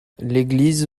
l’église